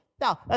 Now